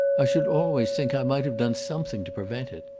i should always think i might have done something to prevent it.